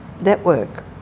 network